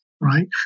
Right